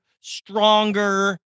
stronger